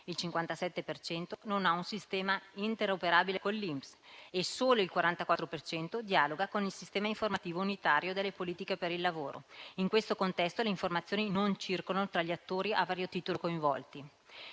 cento non ha un sistema interoperabile con l'INPS e solo il 44 per cento dialoga con il sistema informativo unitario delle politiche per il lavoro (SIUPL); in questo contesto le informazioni non circolano tra gli attori a vario titolo coinvolti.